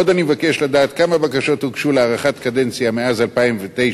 עוד אני מבקש לדעת: כמה בקשות הוגשו להארכת קדנציה מאז 2009,